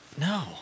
No